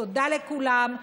תודה לכולם.